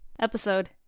episode